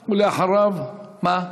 ולאחריו, מה?